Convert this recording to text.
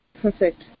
perfect